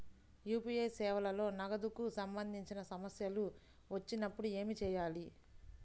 UPI సేవలలో నగదుకు సంబంధించిన సమస్యలు వచ్చినప్పుడు ఏమి చేయాలి?